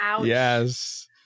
Yes